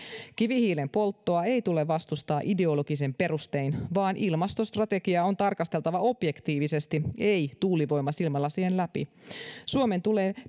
kivihiilen polttoa ei tule vastustaa ideologisin perustein vaan ilmastostrategiaa on tarkasteltava objektiivisesti ei tuulivoimasilmälasien läpi suomen tulee